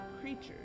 creatures